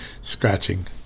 scratching